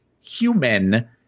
human